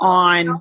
on